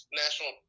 national